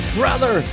brother